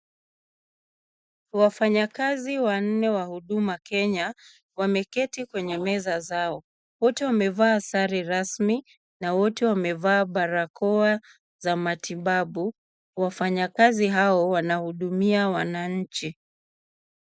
Wafanyakazi wanne wa Huduma Kenya, wameketi kwenye meza zao. Wote wamevaa sare rasmi na wote wamevaa barakoa za matibabu. Wafanyakazi hao wanahudumia wananchi.